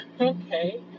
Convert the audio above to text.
Okay